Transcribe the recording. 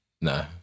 No